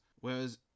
Whereas